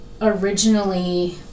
originally